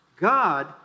God